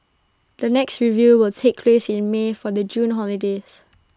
the next review will take place in may for the June holidays